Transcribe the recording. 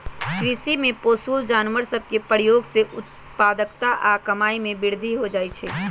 कृषि में पोअउऔ जानवर सभ के प्रयोग से उत्पादकता आऽ कमाइ में वृद्धि हो जाइ छइ